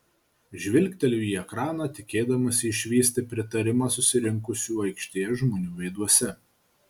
žvilgteliu į ekraną tikėdamasi išvysti pritarimą susirinkusių aikštėje žmonių veiduose